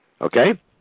Okay